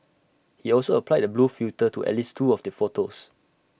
he also applied A blue filter to at least two of the photos